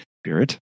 spirit